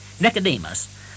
Nicodemus